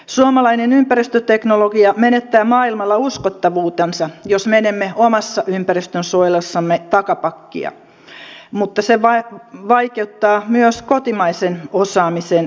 suomalainen ympäristöteknologia menettää maailmalla uskottavuutensa jos menemme omassa ympäristönsuojelussamme takapakkia mutta se vaikeuttaa myös kotimaisen osaamisen kehittämistä